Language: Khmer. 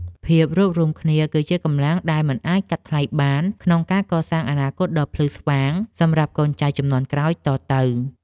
ភាពរួបរួមគ្នា គឺជាកម្លាំងដែលមិនអាចកាត់ថ្លៃបានក្នុងការកសាងអនាគតដ៏ភ្លឺស្វាងសម្រាប់កូនចៅជំនាន់ក្រោយតទៅ។